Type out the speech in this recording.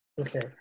Okay